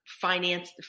finance